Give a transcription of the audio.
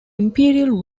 imperial